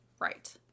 Right